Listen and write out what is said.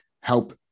help